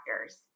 factors